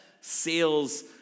sales